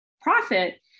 profit